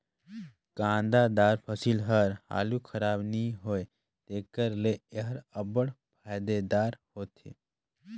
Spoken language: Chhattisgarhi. कांदादार फसिल हर हालु खराब नी होए तेकर ले एहर अब्बड़ फएदादार होथे